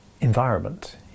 environment